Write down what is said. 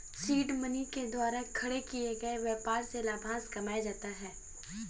seed money के द्वारा खड़े किए गए व्यापार से लाभांश कमाया जाता है